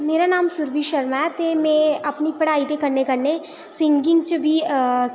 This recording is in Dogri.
मेरा नांऽ सुरभि शर्मां ऐ ते में अपनी पढ़ाई दे कन्नै कन्नै सिंगिग च बी